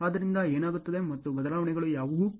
ಆದ್ದರಿಂದ ಏನಾಗುತ್ತದೆ ಮತ್ತು ಬದಲಾವಣೆಗಳು ಯಾವುವು